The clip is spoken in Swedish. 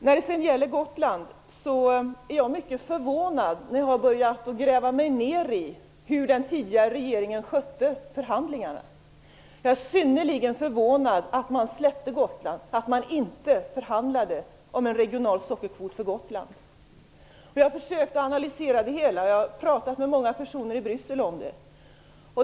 När det sedan gäller Gotland blev jag mycket förvånad när jag börjat gräva mig ned i hur den tidigare regeringen skötte förhandlingarna. Jag är synnerligen förvånad över att man släppte Gotland, att man inte förhandlade om en regional sockerkvot för Jag har försökt analysera det hela. Jag har talat med många personer i Bryssel om det.